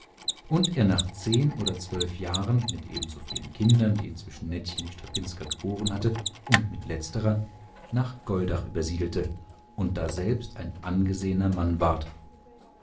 und er nach zehn oder zwölf jahren mit ebenso vielen kindern die inzwischen nettchen die strapinska geboren hatte und mit letzterer nach goldach übersiedelte und daselbst ein angesehener mann ward